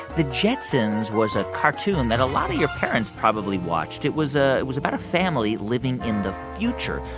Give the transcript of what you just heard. the jetsons was a cartoon that a lot of your parents probably watched. it was ah was about a family living in the future.